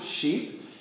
sheep